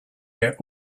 get